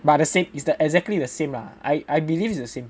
but the same is the exactly the same lah I I believe is the same